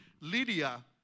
Lydia